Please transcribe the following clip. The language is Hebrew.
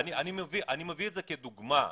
אני מביא את זה כדוגמה.